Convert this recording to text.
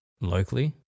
locally